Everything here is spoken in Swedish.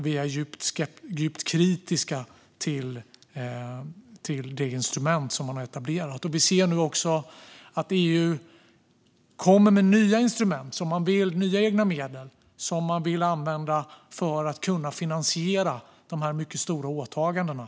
Vi är djupt kritiska till det instrument som man har etablerat. Vi ser nu också att EU kommer med nya instrument och nya egna medel som man vill använda för att kunna finansiera de mycket stora åtagandena.